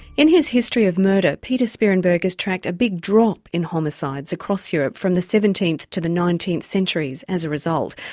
in his history of murder pieter spierenburg has tracked a big drop in homicides across europe from the seventeenth to the nineteenth centuries as a result.